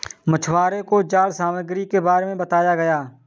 मछुवारों को जाल सामग्री के बारे में बताया गया